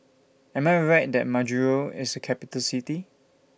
Am I Right that Majuro IS A Capital City